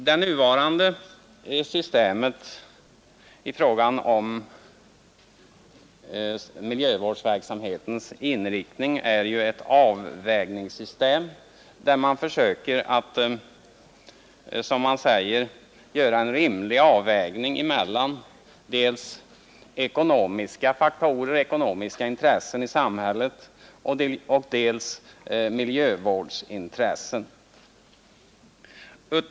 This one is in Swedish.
Det nuvarande systemet i fråga om miljövårdsverksamhetens inriktning är ju ett avvägningssystem, där man försöker att, som man säger, göra en rimlig avvägning mellan dels ekonomiska intressen i samhället, dels miljövårdsintressen.